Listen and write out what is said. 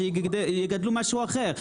שיגדלו משהו אחר.